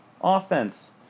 offense